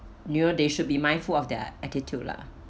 you know they should be mindful of their attitude lah